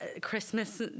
Christmas